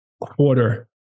quarter